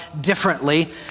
differently